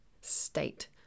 state